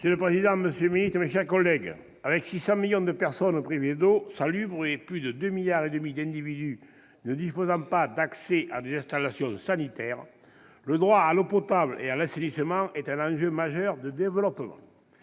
Monsieur le président, monsieur le secrétaire d'État, mes chers collègues, avec 600 millions de personnes privées d'eau salubre et plus de 2,5 milliards d'individus ne disposant pas d'un accès à des installations sanitaires, le droit à l'eau potable et à l'assainissement est un enjeu majeur de développement.